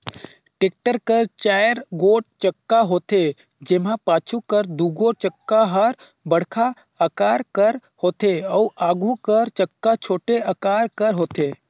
tractor कर चाएर गोट चक्का होथे, जेम्हा पाछू कर दुगोट चक्का हर बड़खा अकार कर होथे अउ आघु कर चक्का छोटे अकार कर होथे